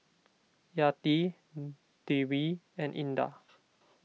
Yati Dewi and Indah